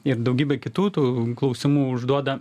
ir daugybę kitų tų klausimų užduoda